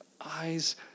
eyes